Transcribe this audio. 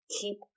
keep